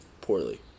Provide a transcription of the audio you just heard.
poorly